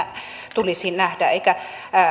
tulisi nähdä